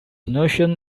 notion